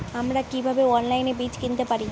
আমরা কীভাবে অনলাইনে বীজ কিনতে পারি?